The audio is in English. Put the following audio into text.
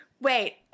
wait